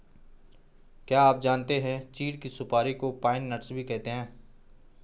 क्या आप जानते है चीढ़ की सुपारी को पाइन नट्स भी कहते है?